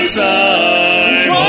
time